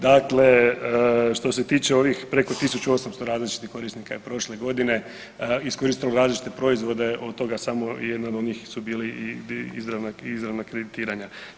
Dakle, što se tiče ovih preko 1800 različitih korisnika je prošle godine iskoristilo različite proizvode, od toga samo jedan od njih su bili izravna, izravna kreditiranja.